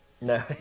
No